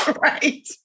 Right